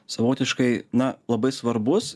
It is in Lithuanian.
savotiškai na labai svarbus